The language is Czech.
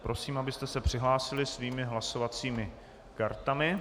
Prosím, abyste se přihlásili svými hlasovacími kartami.